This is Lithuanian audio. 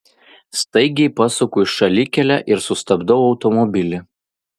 staigiai pasuku į šalikelę ir sustabdau automobilį